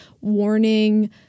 warning